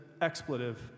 expletive